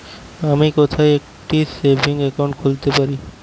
আমি কোথায় একটি সেভিংস অ্যাকাউন্ট খুলতে পারি?